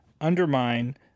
undermine